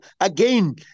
again